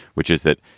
which is that,